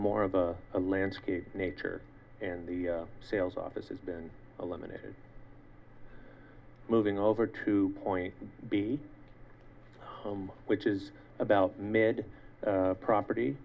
more of a landscape nature and the sales office has been eliminated moving over to point b home which is about mid property